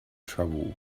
trouble